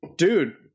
dude